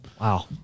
Wow